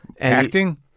acting